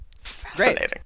Fascinating